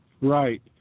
Right